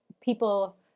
people